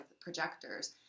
projectors